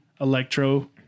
electro